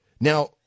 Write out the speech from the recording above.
Now